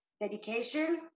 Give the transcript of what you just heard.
dedication